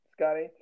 Scotty